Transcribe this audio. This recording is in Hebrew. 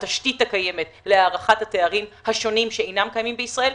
את התשתית הקיימת להערכת התארים השונים שאינם קיימים בישראל,